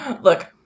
Look